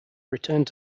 returned